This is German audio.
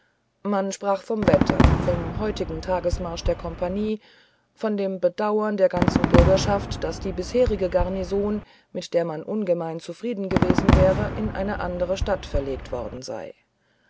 man sprach vom wetter vom heutigen tagesmarsch der kompanie von dem bedauern der ganzen bürgerschaft daß die bisherige garnison mit der man ungemein zufrieden gewesen wäre in eine andere stadt verlegt worden sei